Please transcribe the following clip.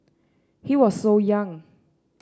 he was so young